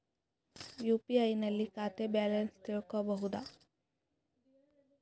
UPI ನಲ್ಲಿ ಖಾತಾ balance ತಿಳಕೊ ಬಹುದಾ?